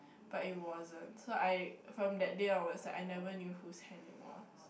but it wasn't so I from that day onwards I never knew who's hand it was